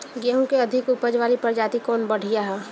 गेहूँ क अधिक ऊपज वाली प्रजाति कवन बढ़ियां ह?